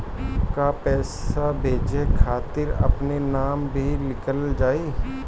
का पैसा भेजे खातिर अपने नाम भी लिकल जाइ?